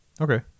Okay